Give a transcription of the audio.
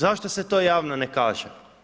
Zašto se to javno ne kaže?